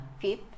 fifth